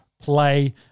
play